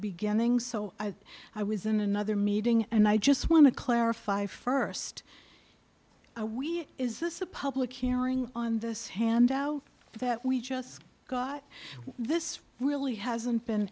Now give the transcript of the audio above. beginning so i thought i was in another meeting and i just want to clarify first we're is this a public hearing on this handout that we just got this really hasn't been